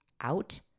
out